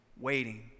waiting